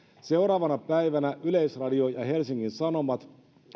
seuraavana päivänä yleisradio ja ja helsingin sanomat